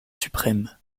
suprême